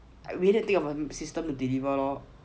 we need think of a system to deliver lor